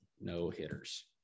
no-hitters